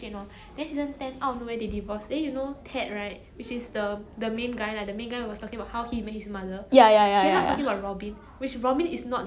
ya ya ya ya ya